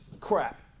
crap